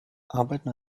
arbeiten